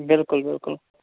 بِلکُل بِلکُل